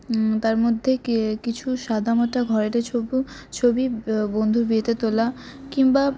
তার মধ্যে কি কিছু সাদামাটা ছবি বন্ধুর বিয়েতে তোলা কিংবা